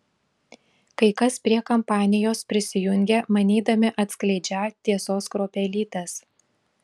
kai kas prie kampanijos prisijungia manydami atskleidžią tiesos kruopelytes